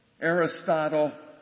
Aristotle